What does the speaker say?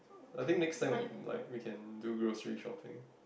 I think next time like we can do grocery shopping